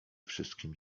wszystkim